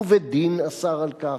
ובדין אסר על כך.